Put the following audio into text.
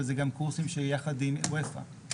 ואלה גם קורסים שיחד עם אופ"א.